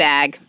Bag